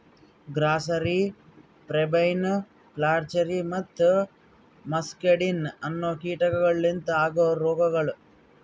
grasserie, pebrine, flacherie ಮತ್ತ muscardine ಅನೋ ಕೀಟಗೊಳ್ ಲಿಂತ ಆಗೋ ರೋಗಗೊಳ್